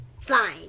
Fine